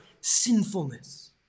sinfulness